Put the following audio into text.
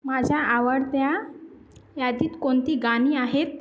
माझ्या आवडत्या यादीत कोणती गाणी आहेत